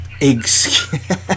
Excuse